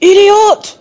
Idiot